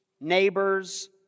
neighbors